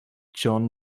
john